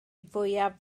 fwyaf